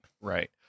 Right